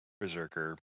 Berserker